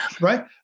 Right